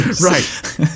Right